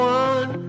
one